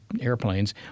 airplanes